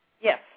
Yes